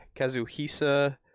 Kazuhisa